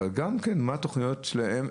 אבל גם כן מה התוכניות שלהם,